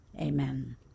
Amen